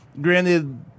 granted